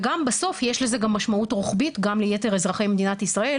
וגם בסוף יש לזה גם משמעות רוחבית גם ליתר אזרחי מדינת ישראל